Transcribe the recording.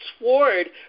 sword